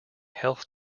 health